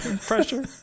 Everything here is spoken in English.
pressure